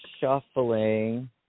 shuffling